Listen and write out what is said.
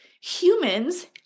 humans